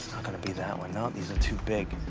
going to be that one. no, these are too big.